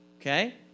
okay